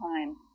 time